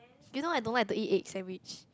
you know I don't like to eat egg sandwich